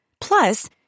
plus